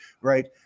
Right